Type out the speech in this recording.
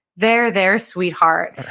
there, there, sweetheart. and